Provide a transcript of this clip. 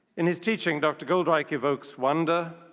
in his teaching, dr. goldreich evokes wonder,